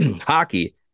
hockey